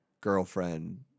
girlfriend